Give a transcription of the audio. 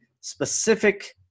specific